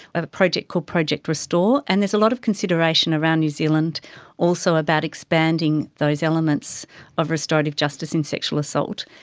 a project called project restore. and there's a lot of consideration around new zealand also about expanding those elements of restorative justice in sexual assault.